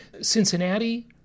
Cincinnati